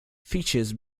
features